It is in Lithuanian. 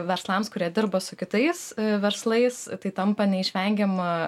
verslams kurie dirba su kitais verslais tai tampa neišvengiama